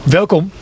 welkom